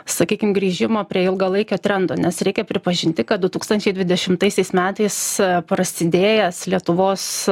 sakykim grįžimo prie ilgalaikio trendo nes reikia pripažinti kad du tūkstančiai dvidešimtaisiais metais prasidėjęs lietuvos